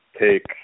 take